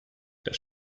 das